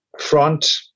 front